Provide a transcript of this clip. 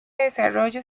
desarrollo